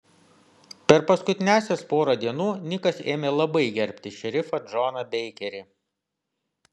per paskutiniąsias porą dienų nikas ėmė labai gerbti šerifą džoną beikerį